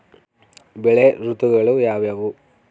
ಬೆಳೆ ಋತುಗಳು ಯಾವ್ಯಾವು?